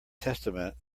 testament